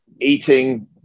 eating